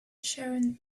sharon